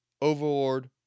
overlord